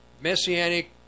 Messianic